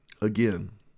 again